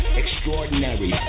extraordinary